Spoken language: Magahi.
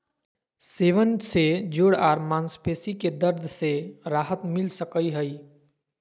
सेवन से जोड़ आर मांसपेशी के दर्द से राहत मिल सकई हई